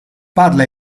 parla